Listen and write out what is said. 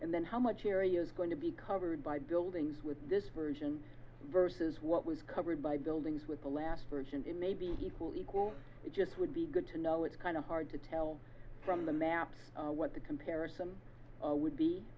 and then how much area is going to be covered by buildings with this version versus what was covered by buildings with the last version it may be equally equal it just would be good to know it's kind of hard to tell from the maps what the comparison would be